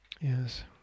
yes